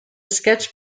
sketch